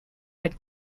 had